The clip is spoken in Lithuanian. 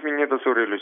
minėtas aurelijus